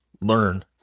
learn